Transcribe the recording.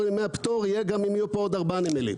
על ימי הפטור יהיו גם אם יהיו פה עוד ארבעה נמלים.